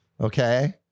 Okay